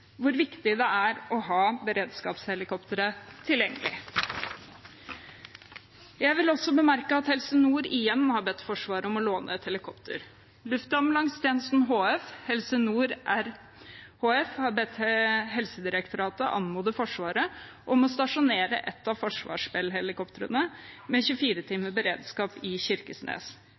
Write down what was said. hvor viktig det er å ha beredskapshelikoptre tilgjengelig. Jeg vil også bemerke at Helse Nord igjen har bedt Forsvaret om å låne et helikopter. Luftambulansetjenesten HF og Helse Nord RHF har bedt Helsedirektoratet anmode Forsvaret om å stasjonere et av Forsvarets Bell-helikoptre med 24 timers beredskap i